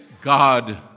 God